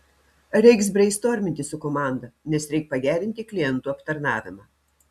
reiks breistorminti su komanda nes reik pagerinti klientų aptarnavimą